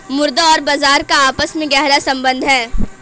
मुद्रा और बाजार का आपस में गहरा सम्बन्ध है